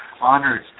honored